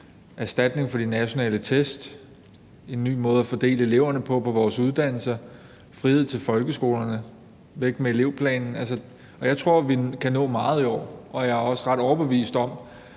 erstatning for de nationale test, en ny måde at fordele eleverne på på vores uddannelser, frihed til folkeskolerne, væk med elevplanen. Og jeg tror, at vi kan nå meget i år, og jeg er også ret overbevist om,